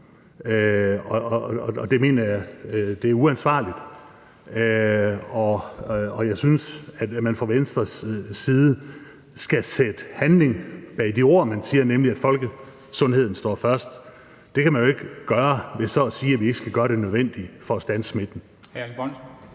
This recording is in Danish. Det mener jeg er uansvarligt, og jeg synes, at man fra Venstres side skal sætte handling bag de ord, man siger, nemlig at folkesundheden kommer først. Det gør man jo ikke ved så at sige, at vi ikke skal gøre det nødvendige for at standse smitten.